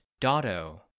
Dotto